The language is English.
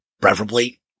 Preferably